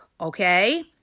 okay